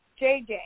JJ